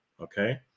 okay